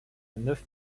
neuf